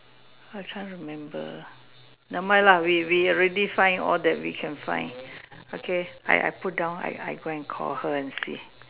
I trying to remember never mind lah we we already find all that we can find okay I I put down I I go and call her and see